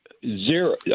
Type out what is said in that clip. Zero